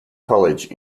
college